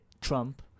Trump